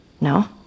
No